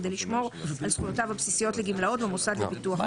כדי לשמור על זכויותיו הבסיסיות לגמלאות במוסד לביטוח הלאומי.